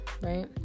right